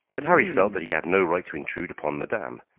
but harry felt that he had no right to intrude upon madame,